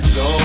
go